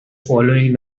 following